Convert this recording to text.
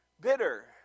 Bitter